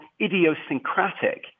idiosyncratic